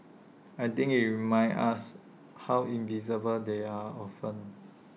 I think IT reminds us how invisible they are often